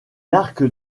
arc